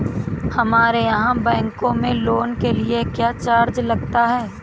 हमारे यहाँ बैंकों में लोन के लिए क्या चार्ज लगता है?